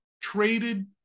traded